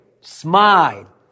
Smile